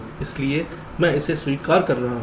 इसलिए मैं इसे स्वीकार कर रहा हूं